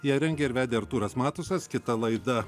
ją rengė ir vedė artūras matusas kita laida